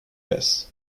west